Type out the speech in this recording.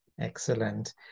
Excellent